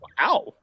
wow